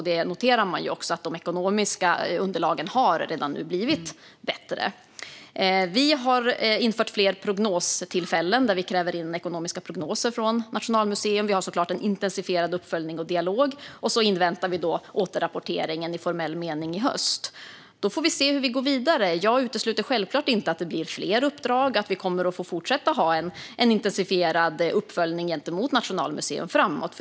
Det noteras att de ekonomiska underlagen redan har blivit bättre. Vi har infört fler prognostillfällen, där vi kräver in ekonomiska prognoser från Nationalmuseum. Vi har såklart en intensifierad uppföljning och dialog. Dessutom inväntar vi återrapporteringen i formell mening i höst. Då får vi se hur vi går vidare. Jag utesluter självklart inte att det kan bli fler uppdrag och att vi kommer att få fortsätta ha en intensifierad uppföljning av Nationalmuseum framöver.